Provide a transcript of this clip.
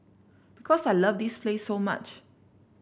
because I love this place so much